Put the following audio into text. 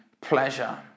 pleasure